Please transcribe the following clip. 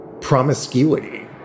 promiscuity